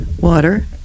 Water